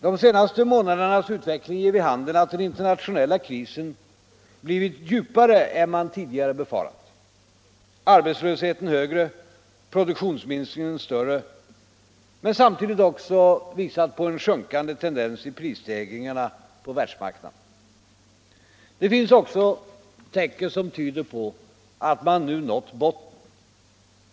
De senaste månadernas utveckling ger vid handen att den internationella krisen blivit djupare än man tidigare befarat — arbetslösheten högre, produktionsminskningen större, men samtidigt framträder en sjunkande tendens i prisstegringarna på världsmarknaden. Det finns också tecken som tyder på att man nu nått botten.